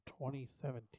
2017